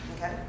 Okay